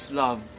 love